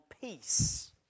peace